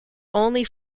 only